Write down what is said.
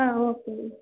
ಹಾಂ okay ma'am